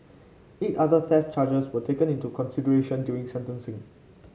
eight other theft charges were taken into consideration during sentencing